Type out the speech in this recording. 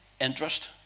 Interest